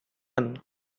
one